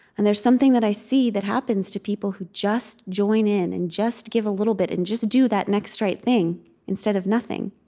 and there's something that i see that happens to people who just join in and just give a little bit and just do that next right thing instead of nothing.